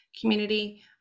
community